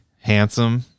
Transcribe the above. handsome